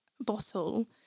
bottle